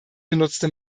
benutzte